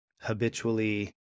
habitually